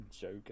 Joker